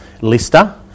Lister